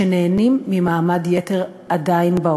שעדיין נהנים ממעמד יתר בעולם.